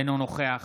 אינו נוכח